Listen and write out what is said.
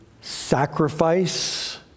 sacrifice